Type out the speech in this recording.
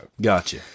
gotcha